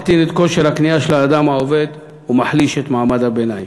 מקטין את כושר הקנייה של האדם העובד ומחליש את מעמד הביניים,